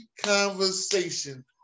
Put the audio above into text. conversation